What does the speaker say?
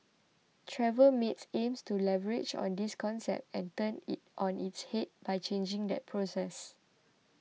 Traveller Mates aims to leverage on this concept and turn it on its head by changing that process